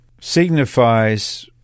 signifies